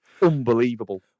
Unbelievable